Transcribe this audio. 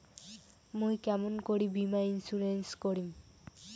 মুই কেমন করি বীমা ইন্সুরেন্স করিম?